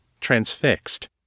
transfixed